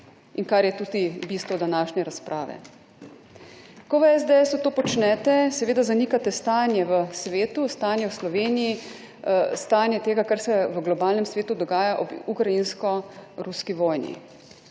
in kar je tudi bistvo današnje razprave. Ko v SDS u to počnete, seveda zanikate stanje v svetu, stanje v Sloveniji, stanje tega, kar se v globalnem svetu dogaja ob ukrajinsko ruski vojni.